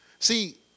See